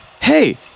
hey